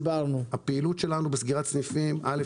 הפעילות שלנו בסגירת סניפים ראשית,